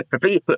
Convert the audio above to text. Please